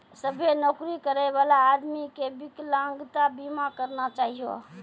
सभ्भे नौकरी करै बला आदमी के बिकलांगता बीमा करना चाहियो